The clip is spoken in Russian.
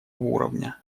уровня